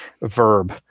verb